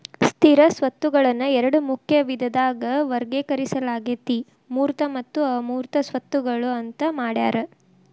ಸ್ಥಿರ ಸ್ವತ್ತುಗಳನ್ನ ಎರಡ ಮುಖ್ಯ ವಿಧದಾಗ ವರ್ಗೇಕರಿಸಲಾಗೇತಿ ಮೂರ್ತ ಮತ್ತು ಅಮೂರ್ತ ಸ್ವತ್ತುಗಳು ಅಂತ್ ಮಾಡ್ಯಾರ